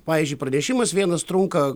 pavyzdžiui pranešimas vienas trunka